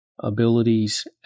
abilities